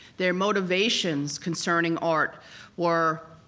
their motivations concerning art were,